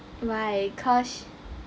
why cause